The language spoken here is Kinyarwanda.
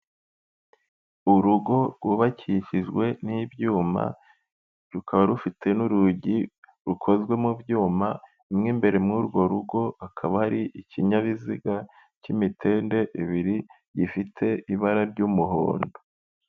Urugo rwubakishijwe n'ibyuma rukaba rufite n'urugi rukozwe mu byuma mo imbere muri urwo rugo hakaba ari ikinyabiziga cy'imitende ibiri gifite ibara ry'umuhondo.